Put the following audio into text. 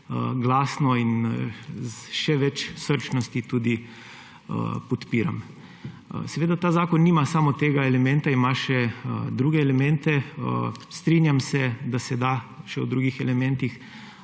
glasno in s še več srčnosti tudi podpiram. Seveda ta zakon nima samo tega elementa, ima še druge elemente. Strinjam se, da se da še o drugih elementih